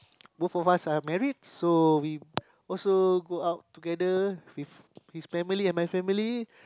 both of us are married so we also go out together with his family and my family